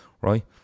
right